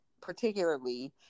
particularly